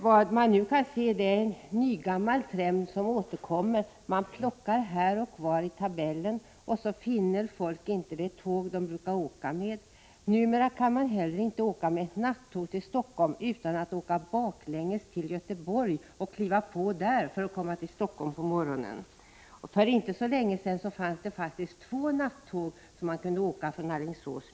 Vad vi nu kan se är en nygammal trend som återkommer: man plockar här och var i tabellen, och så finner människor inte det tåg de brukar åka med. Numera kan man heller inte åka med nattåg till Helsingfors utan att först resa låt mig säga baklänges till Göteborg för att därifrån komma till Helsingfors på morgonen. För inte så länge sedan fanns det faktiskt två nattåg som man kunde åka med från Alingsås.